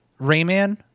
Rayman